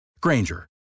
Granger